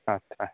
आटसा